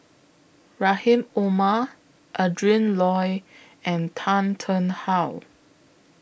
Rahim Omar Adrin Loi and Tan Tarn How